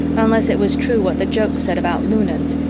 unless it was true what the jokes said about lunans,